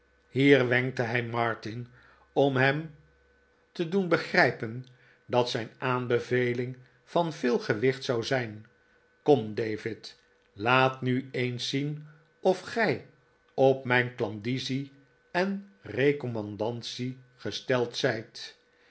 hier wenkte hij martin om hem te doen begrijpen dat zijn aanbeveling van veel gewicht zou zijn kom david laat mi eens zien of gij op mijn klandizie enrecommandatie gesteld zijt